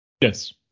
Yes